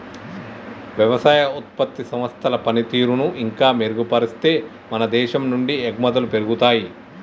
వ్యవసాయ ఉత్పత్తి సంస్థల పనితీరును ఇంకా మెరుగుపరిస్తే మన దేశం నుండి ఎగుమతులు పెరుగుతాయి